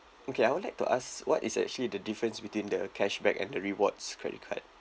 okay I would like to ask what is actually the difference between the cashback and the rewards credit card